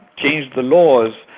changed the laws.